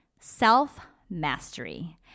self-mastery